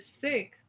sick